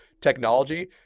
technology